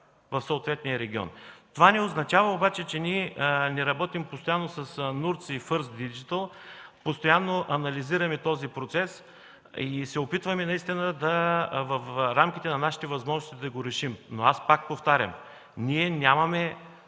в съответния регион. Това не означава обаче, че ние не работим постоянно с „Нуртц диджитъл” и „Фърст диджитъл”. Постоянно анализираме този процес и се опитваме наистина в рамките на нашите възможности да го решим, но аз пак повтарям – ние нямаме